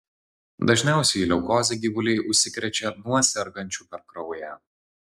dažniausiai leukoze gyvuliai užsikrečia nuo sergančių per kraują